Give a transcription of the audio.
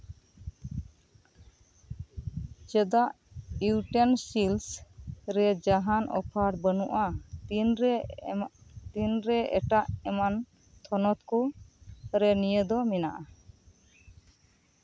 ᱪᱮᱫᱟᱜ ᱤᱭᱩᱴᱮᱱ ᱥᱤᱞᱥ ᱨᱮ ᱡᱟᱦᱟᱱ ᱚᱯᱷᱟᱨ ᱵᱟᱹᱱᱩᱜᱼᱟ ᱛᱤᱱᱨᱮ ᱮᱢᱚᱜ ᱛᱤᱱᱨᱮ ᱮᱴᱟᱜ ᱮᱢᱟᱱ ᱛᱚᱱᱚᱛ ᱠᱚ ᱨᱮ ᱱᱤᱭᱟᱹ ᱫᱚ ᱢᱮᱱᱟᱜᱼᱟ